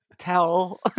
tell